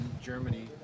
germany